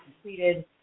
completed